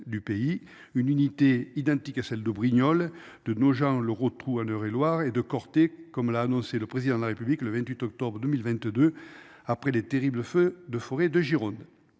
du pays, une unité identiques à celles de Brignoles de Nogent-le-Rotrou en Eure-et-Loir et de Corté comme l'a annoncé le président de la République le 28 octobre 2022. Après les terribles feux de forêt de Gironde